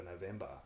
November